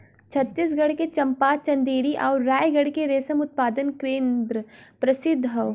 छतीसगढ़ के चंपा, चंदेरी आउर रायगढ़ के रेशम उत्पादन केंद्र प्रसिद्ध हौ